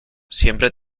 siempre